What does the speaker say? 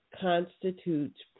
constitutes